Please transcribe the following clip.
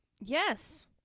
Yes